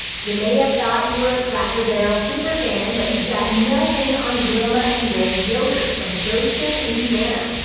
you may have thought you were a cracker barrel super fan but you've got nothing on wilma and ray yoder from goshen, indiana.